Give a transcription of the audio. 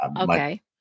Okay